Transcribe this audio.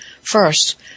First